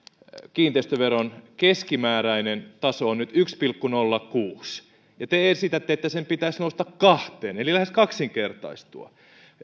kiinteistöveron keskimääräinen taso on nyt yksi pilkku nolla kuusi ja te esitätte että sen pitäisi nousta kahteen eli lähes kaksinkertaistua